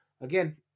again